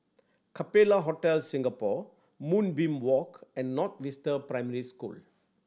Capella Hotel Singapore Moonbeam Walk and North Vista Primary School